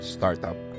Startup